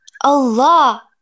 Allah